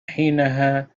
حينها